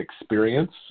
Experience